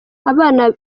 abana